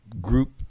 group